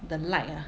the light ah